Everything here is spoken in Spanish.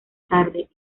tarde